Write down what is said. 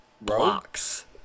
Blocks